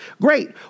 Great